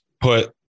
put